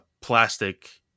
plastic